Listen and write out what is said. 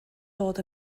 dod